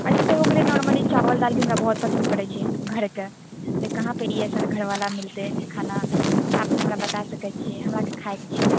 आब जइसे हो गेलै नोर्मली चावल दाल भी हमरा बहुत पसन्द पड़ै छै घरके कहाँ पे ई ऐसन घरवाला मिलतै खाना तऽ अपने हमरा बताए सकैत छियै हमराके खायके छै